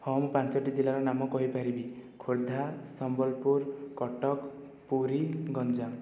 ହଁ ମୁଁ ପାଞ୍ଚୋଟି ଜିଲ୍ଲାର ନାମ କହି ପାରିବି ଖୋର୍ଦ୍ଧା ସମ୍ବଲପୁର କଟକ ପୁରୀ ଗଞ୍ଜାମ